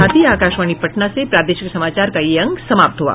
इसके साथ ही आकाशवाणी पटना से प्रसारित प्रादेशिक समाचार का ये अंक समाप्त हुआ